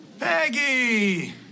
Peggy